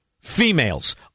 females